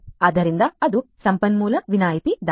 ಆದ್ದರಿಂದ ಅದು ಸಂಪನ್ಮೂಲ ವಿನಾಯಿತಿ ದಾಳಿ